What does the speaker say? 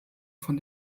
von